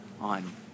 on